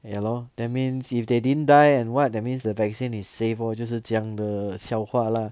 ya lor that means if they didn't die and what that means the vaccine is safe or 就是这样的笑话 lah